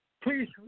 Please